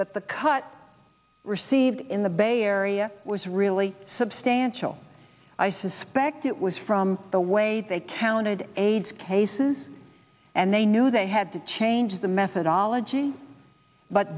that the cut received in the bay area was really substantial i suspect it was from the way they talented aids cases and they knew they had to change the methodology but